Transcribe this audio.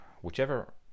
whichever